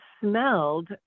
smelled